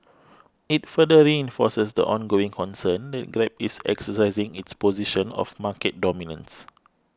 it further reinforces the ongoing concern that Grab is exercising its position of market dominance